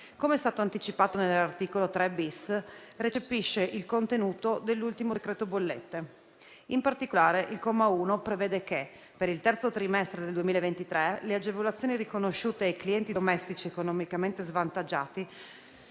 Come è stato anticipato, l'articolo 3-*bis* recepisce il contenuto dell'ultimo decreto bollette. In particolare, il comma 1 prevede che, per il terzo trimestre del 2023, le agevolazioni riconosciute ai clienti domestici economicamente svantaggiati